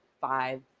five